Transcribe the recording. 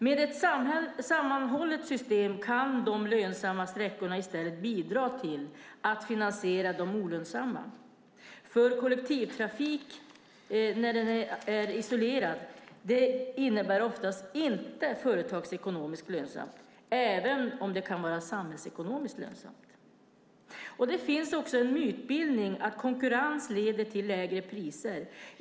Med ett sammanhållet system kan de lönsamma sträckorna i stället bidra till att finansiera de olönsamma. Kollektivtrafiken är oftast inte företagsekonomisk lönsam när den är isolerad, även om den kan vara samhällsekonomiskt lönsam. Det finns också en mytbildning om att konkurrens leder till lägre priser.